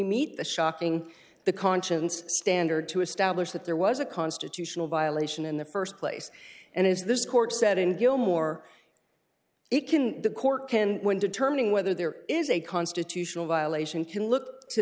meet the shocking the conscience standard to establish that there was a constitutional violation in the st place and as this court said in gilmore it can the court can when determining whether there is a constitutional violation can look